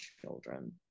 children